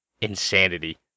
insanity